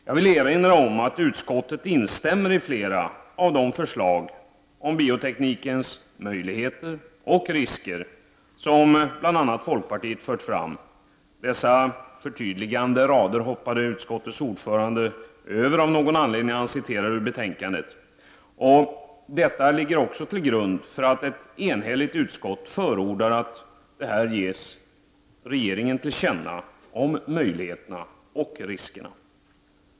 Jag vill erinra om att utskottet instämmer i flera av de förslag om bioteknikens möjligheter och risker som bl.a. folkpartiet fört fram. Dessa förtydligande rader hoppade utskottets ordförande över av någon anledning när han citerade ur betänkandet. Detta ligger också till grund för att ett enhälligt utskott förordar att möjligheterna och riskerna skall ges regeringen till känna.